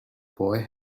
boy